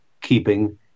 keeping